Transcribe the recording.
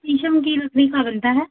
शीशम की लकड़ी का बनता है